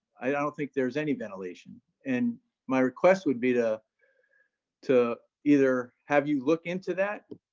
i don't think there's any ventilation. and my request would be to to either have you look into that,